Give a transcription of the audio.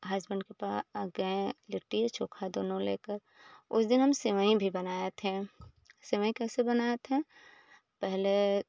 husband के पा गए लिट्टी आ चोखा दोनों लेकर उस दिन हम सेवई भी बनाए थे सेवई कैसे बनाए थे पहले